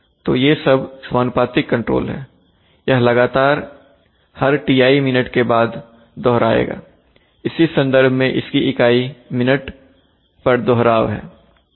तो ये सब समानुपातिक कंट्रोल हैयह लगातार हर Ti मिनट के बाद दोहराएगाइसी संदर्भ में इसकी इकाई मिनट दोहराव minuterepeat है